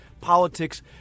Politics